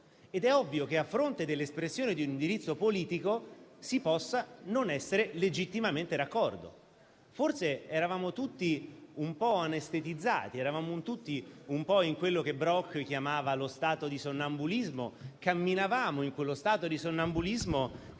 ed è ovvio che, a fronte dell'espressione di un indirizzo politico, si possa non essere legittimamente d'accordo. Forse eravamo tutti un po' anestetizzati, camminavamo in quello che Brock chiamava lo stato di sonnambulismo che derivava dalla assuefazione